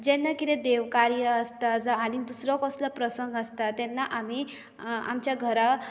जेन्ना कितें देवकार्य आसता जावं आनी दुसरो कसलो प्रसंग आसता तेन्ना आमी आमच्या घरा